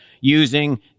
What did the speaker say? using